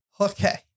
Okay